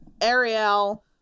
Ariel